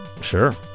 sure